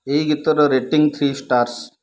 ଏଇ ଗୀତର rating three stars